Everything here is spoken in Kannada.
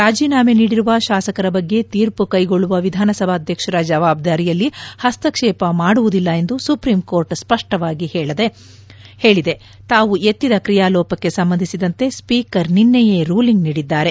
ರಾಜೀನಾಮೆ ನೀಡಿರುವ ಶಾಸಕರ ಬಗ್ಗೆ ತೀರ್ಪು ಕೈಗೊಳ್ಳುವ ವಿಧಾನಸಭಾಧ್ಯಕ್ಷರ ಜವಾಬ್ದಾರಿಯಲ್ಲಿ ಹಸ್ತಕ್ಷೇಪ ಮಾಡುವುದಿಲ್ಲ ಎಂದು ಸುಪ್ರೀಂ ಕೋರ್ಟ್ ಸ್ಪಷ್ವವಾಗಿ ಹೇಳಿದೆ ತಾವು ಎತ್ತಿದ ಕ್ರಿಯಾಲೋಪಕ್ಕೆ ಸಂಬಂಧಿಸಿದಂತೆ ಸ್ವೀಕರ್ ನಿನ್ನೆಯೇ ರೂಲಿಂಗ್ ನೀಡಿದ್ದಾರೆ